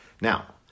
Now